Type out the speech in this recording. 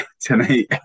tonight